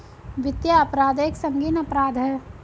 वित्तीय अपराध एक संगीन अपराध है